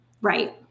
right